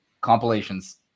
compilations